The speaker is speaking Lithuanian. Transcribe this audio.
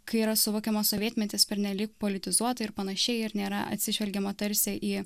kai yra suvokimas sovietmetis pernelyg politizuotai ir panašiai ir nėra atsižvelgiama tarsi į